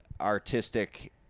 artistic